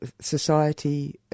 society